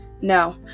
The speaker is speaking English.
No